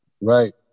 right